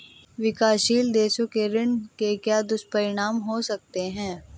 विकासशील देशों के ऋण के क्या दुष्परिणाम हो सकते हैं?